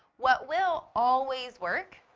what will always work,